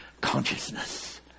consciousness